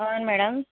అవును మేడం